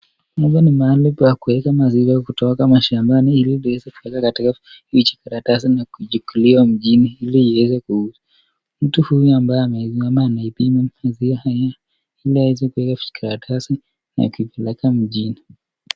Hapa ni mahali pa kuweka maziwa kutoka mashambani ili iweze kuweka katika vijikaratsi na kuchukiliwa mjini ili iweze kuuzwa. Mtu huyu ambaye ameinama anaipima maziwa haya ili aweze kuweka vijikaratasi na kupeleka mjini.